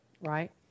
right